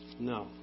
No